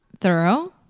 thorough